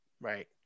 right